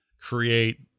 create